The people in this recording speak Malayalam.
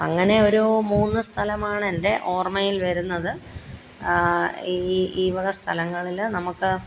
അങ്ങനെയൊരു മൂന്ന് സ്ഥലമാണ് എന്റെ ഓർമ്മയിൽ വരുന്നത് ഈ ഈ വക സ്ഥലങ്ങളില് നമുക്ക്